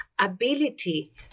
ability